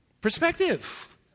Perspective